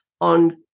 on